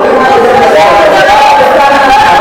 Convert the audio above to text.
אני לא מוכנה לזה.